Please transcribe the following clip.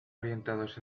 orientados